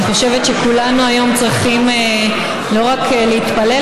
אני חושבת שכולנו היום צריכים לא רק להתפלל,